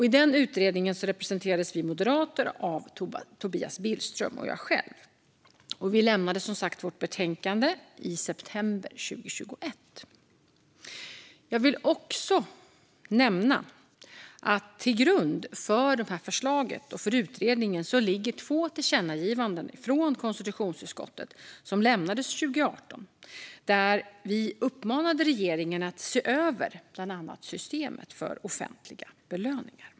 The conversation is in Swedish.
I utredningen representerades vi moderater av Tobias Billström och mig själv. Vi lämnade som sagt vårt betänkande i september 2021. Jag vill också nämna att till grund för utredningen och förslaget ligger två tillkännagivanden från konstitutionsutskottet som lämnades 2018, där vi uppmanade regeringen att se över bland annat systemet för offentliga belöningar.